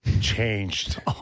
changed